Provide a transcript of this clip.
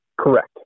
Correct